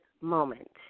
moment